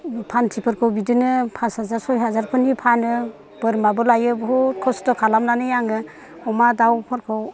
फान्थिफोरखौ बिदिनो पास हाजार सय हाजारफोरनि फानो बोरमाबो लायो बहुद खस्त' खालामनानै आङो अमा दाउफोरखौ